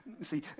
See